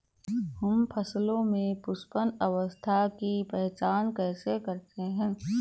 हम फसलों में पुष्पन अवस्था की पहचान कैसे करते हैं?